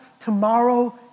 tomorrow